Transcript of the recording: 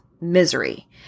misery